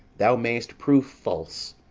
thou mayst prove false.